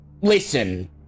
listen